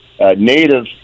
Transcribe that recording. native